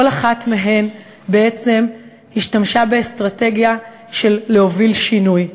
כל אחת מהן בעצם השתמשה באסטרטגיה של להוביל שינוי.